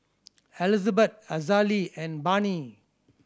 Elizabeth Azalee and Barnie